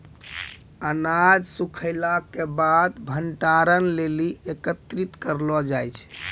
अनाज सूखैला क बाद भंडारण लेलि एकत्रित करलो जाय छै?